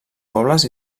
pobles